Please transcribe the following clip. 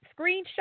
screenshot